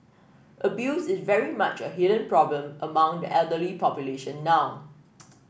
abuse is very much a hidden problem among the elderly population now